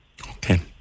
Okay